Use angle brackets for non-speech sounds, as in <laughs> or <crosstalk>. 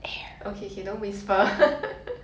okay okay don't whisper <laughs>